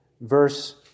verse